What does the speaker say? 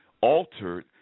altered